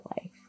life